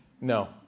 no